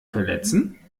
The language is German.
verletzen